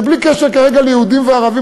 זה בלי קשר כרגע ליהודים וערבים.